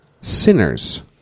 sinners